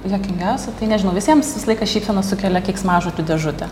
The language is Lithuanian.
juokingiausio tai nežinau visiems visą laiką šypseną sukelia keiksmažodžių dėžutė